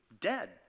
dead